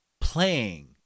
playing